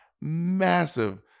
massive